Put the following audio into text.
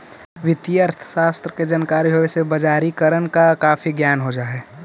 वित्तीय अर्थशास्त्र की जानकारी होवे से बजारिकरण का काफी ज्ञान हो जा हई